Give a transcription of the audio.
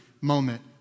moment